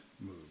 move